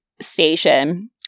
station